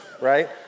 right